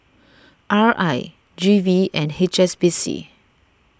R I G V and H S B C